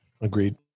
Agreed